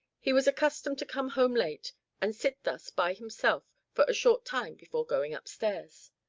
he was accustomed to come home late and sit thus by himself for a short time before going up-stairs.